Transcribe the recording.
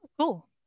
Cool